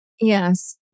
Yes